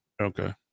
Okay